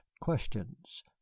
questions